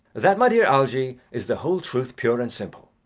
that, my dear algy, is the whole truth pure and simple.